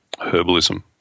herbalism